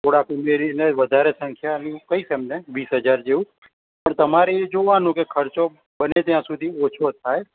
થોડાક ઉમેરીને વધારે સંખ્યાનું કહીશ એમને વીસ હજાર જેવું પણ તમારે એ જોવાનું કે ખર્ચો બને ત્યાં સુધી ઓછો થાય